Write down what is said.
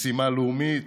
משימה לאומית,